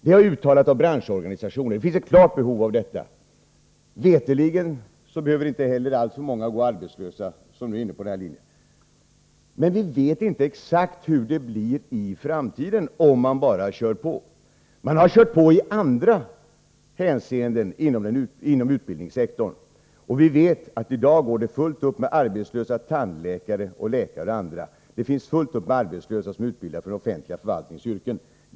Det har uttalats av branschorganisationer. Det är helt klart att det finns ett behov. Veterligen behöver inte heller alltför många gå arbetslösa som kommit in på den här linjen. Vi vet emellertid inte exakt hur det blir i framtiden om man bara kör på. Man har kört på i andra hänseenden inom utbildningssektorn. Och vi vet att det i dag går en mängd tandläkare, läkare och andra arbetslösa. Det finns fullt upp med arbetslösa som är utbildade för den offentliga förvaltningens yrken.